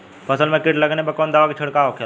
फसल में कीट लगने पर कौन दवा के छिड़काव होखेला?